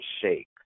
shake